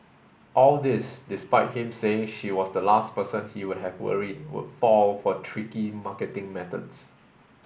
all this despite him saying she was the last person he would have worried would fall for tricky marketing methods